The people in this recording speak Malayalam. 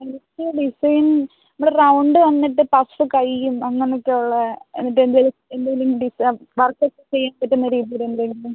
എനിക്ക് ഡിസൈൻ ഇവിടെ റൗണ്ട് വന്നിട്ട് പഫ് കയ്യും അങ്ങനെയൊക്കെ ഉള്ള എന്നിട്ടെന്തെങ്കിലും എന്തെങ്കിലും വർക്ക് ചെയ്യാൻ പറ്റുന്ന രീതിയിൽ എന്തെങ്കിലും